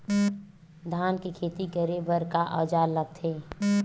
धान के खेती करे बर का औजार लगथे?